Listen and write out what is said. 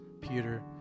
Peter